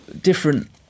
different